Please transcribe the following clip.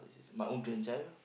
my own grandchild